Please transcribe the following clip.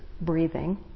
breathing